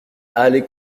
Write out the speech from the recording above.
allez